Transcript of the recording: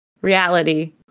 reality